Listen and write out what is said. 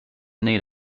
need